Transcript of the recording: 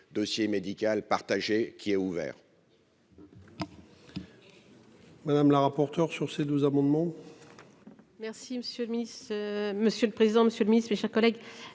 dossier médical partagé qui est ouvert.